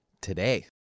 today